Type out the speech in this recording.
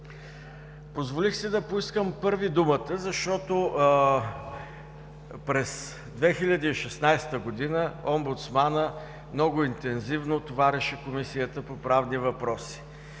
Позволих си да поискам първи думата, защото през 2016 г. омбудсманът много интензивно товареше Комисията по правни въпроси,